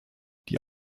die